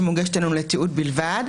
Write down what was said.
שמוגשת לנו לתיעוד בלבד,